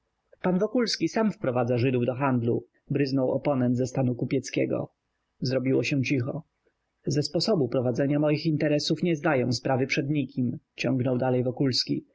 pan wokulski sam wprowadza żydów do handlu bryznął oponent ze stanu kupieckiego zrobiło się cicho ze sposobu prowadzenia moich interesów nie zdaję sprawy przed nikim ciągnął dalej